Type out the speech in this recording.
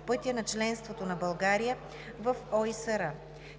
пътя на членството на България в ОИСР.